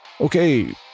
Okay